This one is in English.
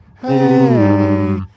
Hey